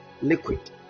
liquid